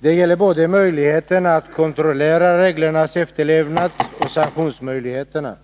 Det gäller både möjligheterna att kontrollera reglernas efterlevnad och sanktionsmöjligheterna.